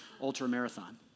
ultra-marathon